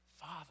father